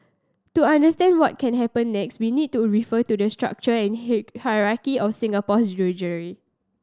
to understand what can happen next we need to refer to the structure hierarchy of Singapore's judiciary